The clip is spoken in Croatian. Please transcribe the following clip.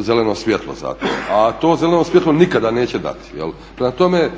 zeleno svjetlo za to, a to zeleno svjetlo nikada neće dati. Prema tome,